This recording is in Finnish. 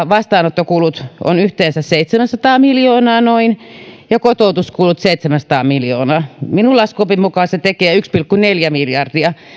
vastaanottokulut ovat yhteensä noin seitsemänsataa miljoonaa ja kotoutuskulut seitsemänsataa miljoonaa minun laskuoppini mukaan se tekee yksi pilkku neljä miljardia